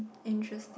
interesting